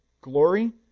glory